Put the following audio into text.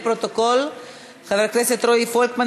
30 חברי כנסת בעד,